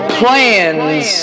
plans